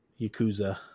Yakuza